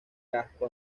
casco